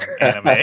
anime